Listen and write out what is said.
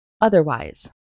otherwise